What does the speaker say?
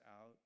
out